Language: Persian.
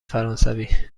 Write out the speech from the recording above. فرانسوی